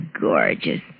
gorgeous